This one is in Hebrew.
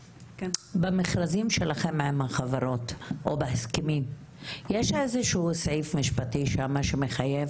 במכרזים שלכם עם החברות או בהסכמים יש איזשהו סעיף משפטי שמחייב